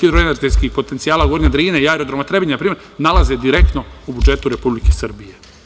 „Hidroenergetskih potencijala Gornja Drina“ i „Aerodroma Trebinje“, nalaze direktno u budžetu Republike Srbije.